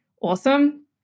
awesome